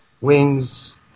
Wings